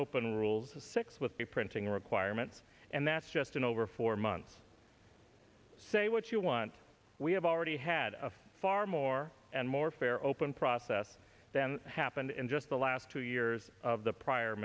open rules six with the printing requirement and that's just in over four months say what you want we have already had a far more and more fair open process than happened in just the last two years of the prior